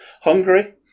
Hungary